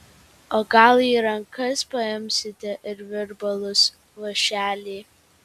o gal į rankas paimsite ir virbalus vąšelį